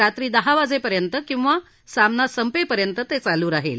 रात्री दहा वाजेपर्यंत किंवा सामना संपेपर्यंत ते चालू राहील